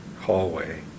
hallway